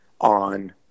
on